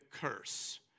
curse